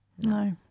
No